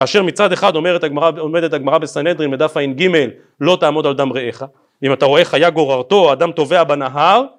אשר מצד אחד עומדת הגמרא בסנדרין מדף אין ג' לא תעמוד על דם רעך אם אתה רואה חיה גוררתו אדם תובע בנהר